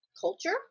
culture